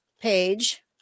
page